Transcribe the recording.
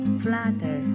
flutter